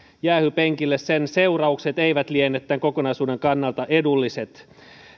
jäähypenkille sen seuraukset eivät liene tämän kokonaisuuden kannalta edulliset